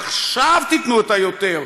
עכשיו תיתנו את היותר,